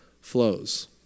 flows